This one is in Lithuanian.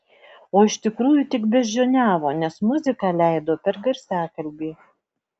o iš tikrųjų tik beždžioniavo nes muziką leido per garsiakalbį